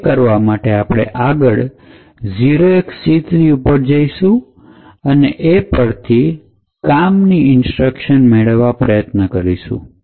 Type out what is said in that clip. એ કરવા માટે આપણે આગળ 0XC3 ઉપર જઈશું અને એ પરથી કામની ઇન્સ્ટ્રક્શન મેળવવાનો પ્રયત્ન કરીશું